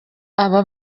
aba